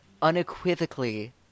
unequivocally